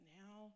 now